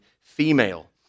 female